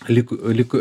lik lik